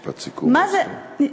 משפט סיכום, בבקשה.